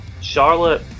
Charlotte